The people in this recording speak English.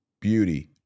Beauty